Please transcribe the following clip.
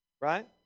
Right